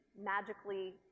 magically